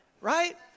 Right